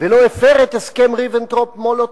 ולא הפר את הסכם ריבנטרופ-מולוטוב,